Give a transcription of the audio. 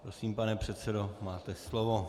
Prosím, pane předsedo, máte slovo.